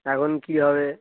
এখন কী হবে